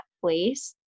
place